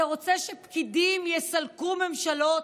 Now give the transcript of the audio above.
אתה רוצה שפקידים יסלקו ממשלות?